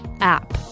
app